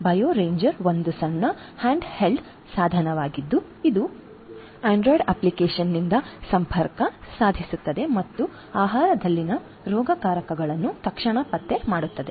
bio ranger ಒಂದು ಸಣ್ಣ handheld ಸಾಧನವಾಗಿದ್ದು ಅದು ಆಂಡ್ರಾಯ್ಡ್ ಅಪ್ಲಿಕೇಶನ್ನೊಂದಿಗೆ ಸಂಪರ್ಕ ಸಾಧಿಸುತ್ತದೆ ಮತ್ತು ಆಹಾರದಲ್ಲಿನ ರೋಗಕಾರಕಗಳನ್ನು ತಕ್ಷಣ ಪತ್ತೆ ಮಾಡುತ್ತದೆ